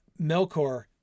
Melkor